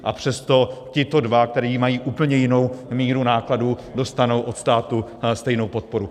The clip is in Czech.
A přesto tito dva, kteří mají úplně jinou míru nákladů, dostanou od státu stejnou podporu.